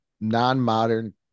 non-modern